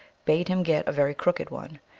bade him get a very crooked one,